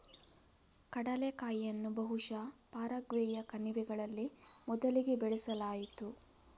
ಕಡಲೆಕಾಯಿಯನ್ನು ಬಹುಶಃ ಪರಾಗ್ವೆಯ ಕಣಿವೆಗಳಲ್ಲಿ ಮೊದಲಿಗೆ ಬೆಳೆಸಲಾಯಿತು